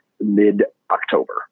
mid-October